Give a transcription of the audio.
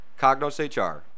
CognosHR